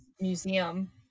Museum